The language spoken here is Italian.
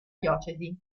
diocesi